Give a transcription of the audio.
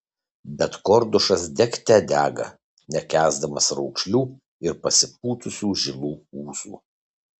bet kordušas degte dega nekęsdamas raukšlių ir pasipūtusių žilų ūsų